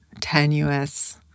tenuous